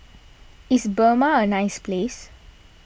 is Burma a nice place